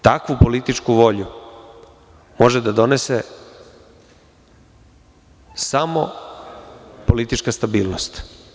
Takvu političku volju može da donese samo politička stabilnost.